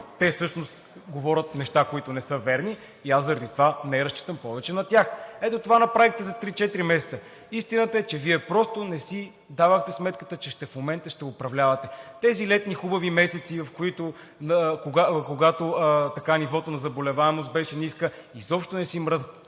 Те всъщност говорят неща, които не са верни, и заради това не разчитам повече на тях.“ Ето това направихте за три-четири месеца. Истината е, че Вие просто не си дадохте сметката, че в момента ще управлявате. Тези летни, хубави месеци, когато нивото на заболеваемост беше ниска, изобщо не си мръднахте